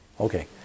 Okay